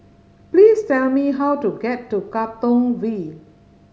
please tell me how to get to Katong V